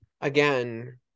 Again